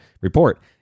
report